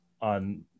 on